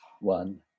one